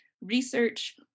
research